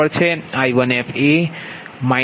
14 બરાબર છે